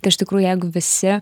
tai iš tikrųjų jeigu visi